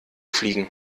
fliegen